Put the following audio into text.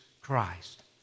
Christ